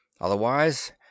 otherwise